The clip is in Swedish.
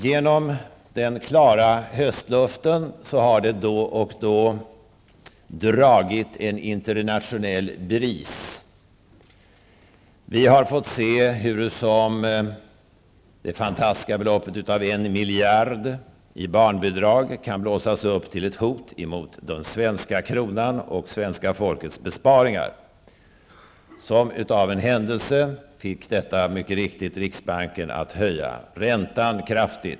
Genom den klara höstluften har det då och då dragit en internationell bris. Vi har fått se huru som det fantastiska beloppet av 1 miljard i barnbidrag kan blåsa upp som ett hot mot den svenska kronan och det svenska folkets besparingar. Som av en händelse fick detta mycket riktigt riksbanken att kraftigt höja räntan.